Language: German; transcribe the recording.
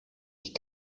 ich